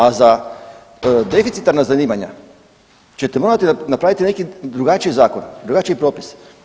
A za deficitarna zanimanja ćete morati napraviti neki drugačiji zakon, drugačiji propis.